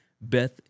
Beth